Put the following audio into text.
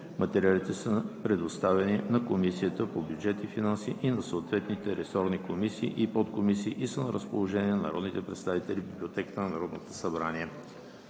Материалите са предоставени на Комисията по бюджет и финанси и на съответните ресорни комисии и подкомисии, и са на разположение на народните представители в Библиотеката на Народното събрание.